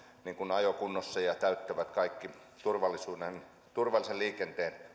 ajokunnossa ja ja täyttävät kaikki turvallisen liikenteen